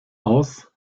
aus